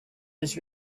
was